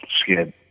scared